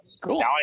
Cool